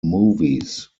movies